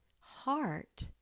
heart